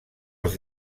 els